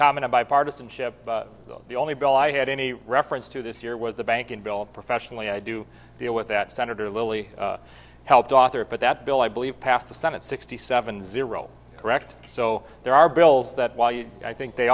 common to bipartisanship the only bill i had any reference to this year was the banking bill professionally i do deal with that senator lilly helped author put that bill i believe passed the senate sixty seven zero correct so there are bills that while you i think they